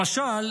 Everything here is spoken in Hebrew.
למשל,